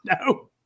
No